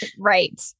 Right